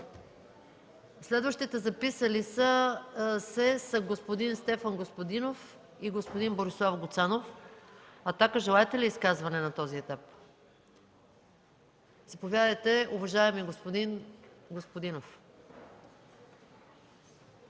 Следващите записали се са господин Стефан Господинов и господин Борислав Гуцанов. „Атака”, желаете ли изказване на този етап? Заповядайте, уважаеми господин Господинов.